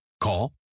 Call